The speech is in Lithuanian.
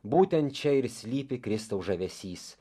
būtent čia ir slypi kristaus žavesys